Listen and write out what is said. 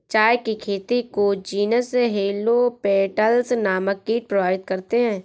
चाय की खेती को जीनस हेलो पेटल्स नामक कीट प्रभावित करते हैं